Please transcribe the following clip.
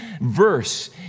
verse